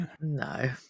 No